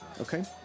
Okay